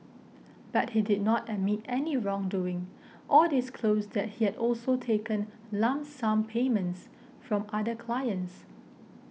but he did not admit any wrongdoing or disclose that he had also taken lump sum payments from other clients